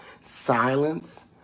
Silence